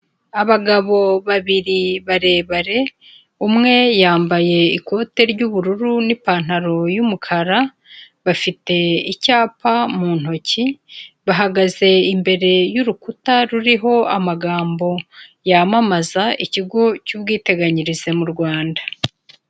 Abagabo babiri barebare, umwe yambaye ikote ry'ubururu n'ipantaro y'umukara, bafite icyapa mu ntoki, bahagaze imbere y'urukuta ruriho amagambo yamamaza ikigo cy'ubwiteganyirize mu Rwanda.